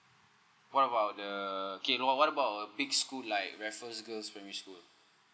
what about uh okay you know what about big school like raffles girls primary school